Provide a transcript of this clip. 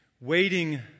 Waiting